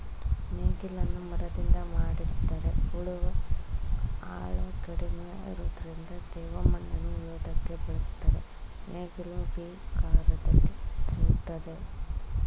ನೇಗಿಲನ್ನು ಮರದಿಂದ ಮಾಡಿರ್ತರೆ ಉಳುವ ಆಳ ಕಡಿಮೆ ಇರೋದ್ರಿಂದ ತೇವ ಮಣ್ಣನ್ನು ಉಳೋದಕ್ಕೆ ಬಳುಸ್ತರೆ ನೇಗಿಲು ವಿ ಆಕಾರದಲ್ಲಿ ಉಳ್ತದೆ